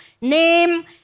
name